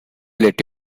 let